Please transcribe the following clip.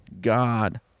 God